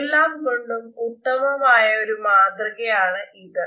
എല്ലാം കൊണ്ടും ഉത്തമമായ ഒരു മാതൃകയാണ് ഇത്